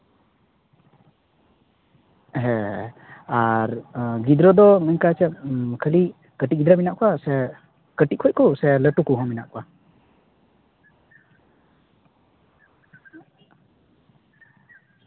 ᱦᱮᱸ ᱟᱨ ᱜᱤᱫᱽᱨᱟᱹ ᱫᱚ ᱚᱝᱠᱟ ᱪᱮᱫ ᱠᱷᱟᱹᱞᱤ ᱠᱟᱹᱴᱤᱡ ᱜᱤᱫᱽᱨᱟᱹ ᱢᱮᱱᱟᱜ ᱠᱚᱣᱟ ᱥᱮ ᱠᱟᱹᱴᱤᱡ ᱠᱚ ᱥᱮ ᱞᱟᱹᱴᱩ ᱠᱚᱦᱚᱸ ᱢᱮᱱᱟᱜ ᱠᱚᱣᱟ